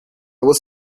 was